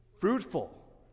fruitful